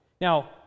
Now